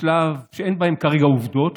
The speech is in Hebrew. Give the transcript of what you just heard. בשלב שאין בו כרגע עובדות,